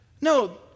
No